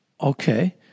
Okay